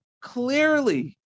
clearly